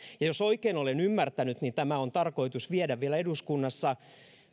ja jos oikein olen ymmärtänyt tämä on tarkoitus viedä vielä eduskunnassa